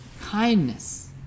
kindness